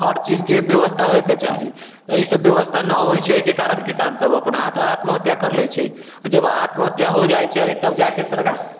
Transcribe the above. हर चीजके व्यवस्था होएके चाही ई सभ व्यवस्था नहि होइत छै एहिके कारण किसान सभ अपना आत्महत्या कर लैत छै आओर जब आत्महत्या हो जाइत छै तब जाकऽ सरकार